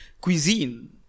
cuisine